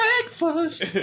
breakfast